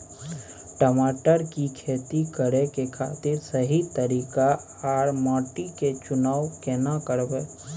टमाटर की खेती करै के खातिर सही तरीका आर माटी के चुनाव केना करबै?